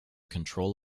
control